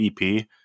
EP